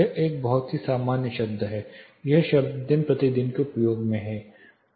यह एक बहुत ही सामान्य शब्द है यह शब्द दिन प्रतिदिन के उपयोग में है